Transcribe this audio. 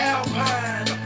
Alpine